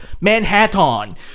Manhattan